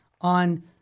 on